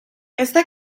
está